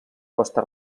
costa